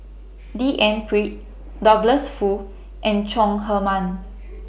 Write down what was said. D N Pritt Douglas Foo and Chong Heman